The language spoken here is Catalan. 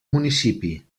municipi